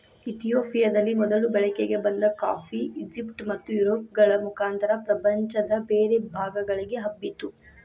ಇತಿಯೋಪಿಯದಲ್ಲಿ ಮೊದಲು ಬಳಕೆಗೆ ಬಂದ ಕಾಫಿ, ಈಜಿಪ್ಟ್ ಮತ್ತುಯುರೋಪ್ಗಳ ಮುಖಾಂತರ ಪ್ರಪಂಚದ ಬೇರೆ ಭಾಗಗಳಿಗೆ ಹಬ್ಬಿತು